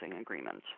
agreements